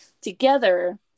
together